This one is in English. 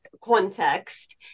context